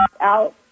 out